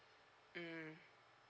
mm